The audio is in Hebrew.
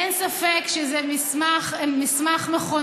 אין ספק שזה מסמך מכונן,